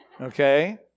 okay